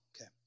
Okay